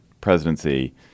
presidency